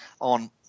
on